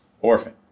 orphan